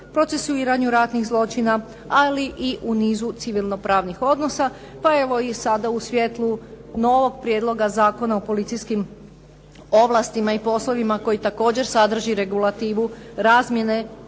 procesuiranju ratnih zločina, ali i u nizu civilno-pravnih odnosa pa evo, i sada u svjetlu novog Prijedloga zakona o policijskim ovlastima i poslovima koji također sadrži regulativu razmjene